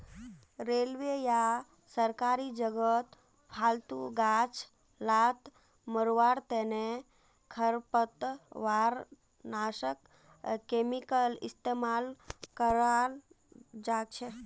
railway या सरकारी जगहत फालतू गाछ ला मरवार तने खरपतवारनाशक केमिकल इस्तेमाल कराल जाछेक